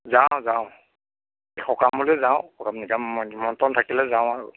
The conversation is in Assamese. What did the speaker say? যাওঁ যাওঁ এ সকামলৈ যাওঁ সকাম নিকাম নিমন্ত্ৰণ থাকিলে যাওঁ আৰু